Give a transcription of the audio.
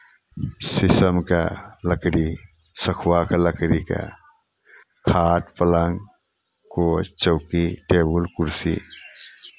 शीशमके लकड़ी सखुआके लकड़ीके खाट पलङ्ग कोच चौकी टेबुल कुरसी